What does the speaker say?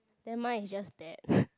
then mine is just bad